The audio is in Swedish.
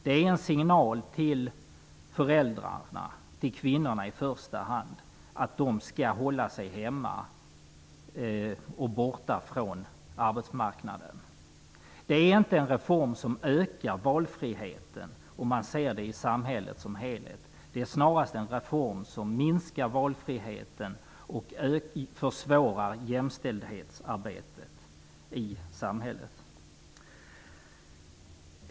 Det är en signal till föräldrarna, till kvinnorna i första hand, att de skall hålla sig hemma och borta från arbetsmarknaden. Det är inte en reform som ökar valfriheten om man ser på samhället som helhet. Det är snarast en reform som minskar valfriheten och försvårar jämställdhetsarbetet i samhället.